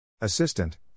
Assistant